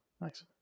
Nice